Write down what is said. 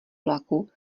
vlaku